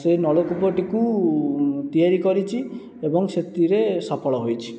ସେହି ନଳକୂପଟି କୁ ତିଆରି କରିଛି ଏବଂ ସେଥିରେ ସଫଳ ହୋଇଛି